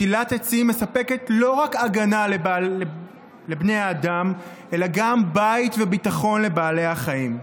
שתילת עצים מספקת לא רק הגנה לבני האדם אלא גם בית וביטחון לבעלי החיים.